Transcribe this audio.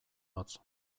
hotz